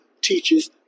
teaches